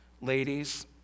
ladies